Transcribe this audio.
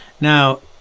Now